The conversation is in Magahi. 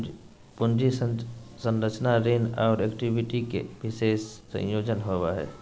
पूंजी संरचना ऋण और इक्विटी के विशेष संयोजन होवो हइ